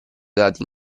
dati